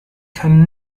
kann